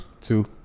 two